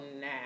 now